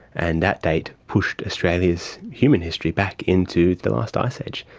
and that date pushed australia's human history back into the last ice age.